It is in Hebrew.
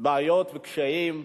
בעיות וקשיים,